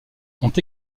ont